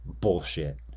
Bullshit